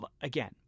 again